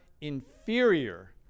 inferior